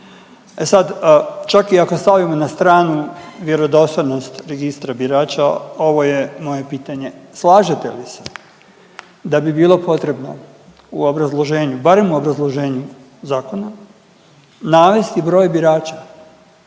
E sad, čak i ako stavimo na stranu vjerodostojnost registra birača ovo je moje pitanje. Slažete li se da bi bilo potrebno u obrazloženju barem u obrazloženju zakona navesti broj birača